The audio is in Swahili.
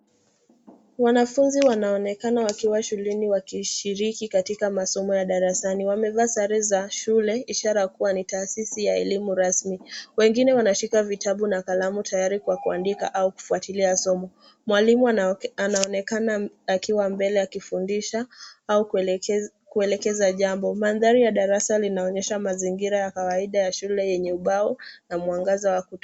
Wanafunzi wanaonekana wakiwa shuleni wakishiriki katika masomo ya darasani. Wamevaa sare za shule ishara ya kuwa ni taasisi ya elimu rasmi. Wengine wanashika vitabu na kalamu tayari kwa kuandika au kufuatilia somo. Mwalimu anaonekana akiwa mbele akifundisha au kuelekeza jambo. Mandhari ya darasa linaonyesha mazingira ya kawaida ya shule yenye ubao na mwangaza wa kutosha.